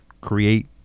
create